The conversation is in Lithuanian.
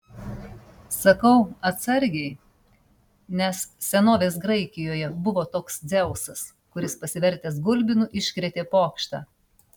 sakau atsargiai nes senovės graikijoje buvo toks dzeusas kuris pasivertęs gulbinu iškrėtė pokštą